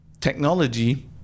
technology